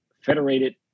federated